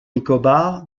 nicobar